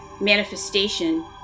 manifestation